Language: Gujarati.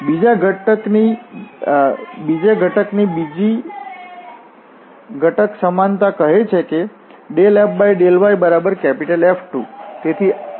બીજા ઘટકની બીજી ઘટક સમાનતા કહે છે કે δfδyF2